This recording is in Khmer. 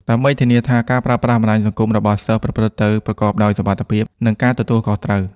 ដើម្បីធានាថាការប្រើប្រាស់បណ្ដាញសង្គមរបស់សិស្សប្រព្រឹត្តទៅប្រកបដោយសុវត្ថិភាព និងការទទួលខុសត្រូវ។